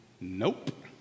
Nope